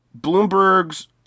Bloomberg's